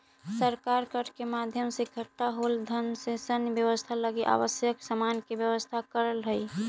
सरकार कर के माध्यम से इकट्ठा होल धन से सैन्य व्यवस्था लगी आवश्यक सामान के व्यवस्था करऽ हई